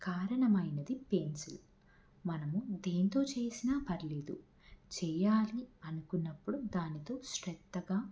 కారణమైనది pencil మనము దేనితో చేసిన పర్లేదు చెయ్యాలి అనుకున్నప్పుడు దానితో శ్రద్దగా